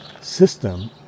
system